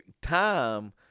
time